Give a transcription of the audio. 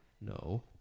no